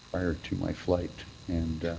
prior to my flight and